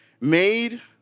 Made